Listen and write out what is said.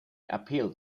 appeals